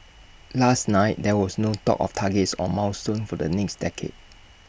last night there was no talk of targets or milestones for the next decade